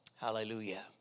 Hallelujah